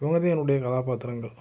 இவங்க தான் என்னுடைய கதாபாத்திரங்கள்